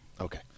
Okay